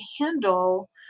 handle